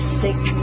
sick